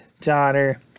daughter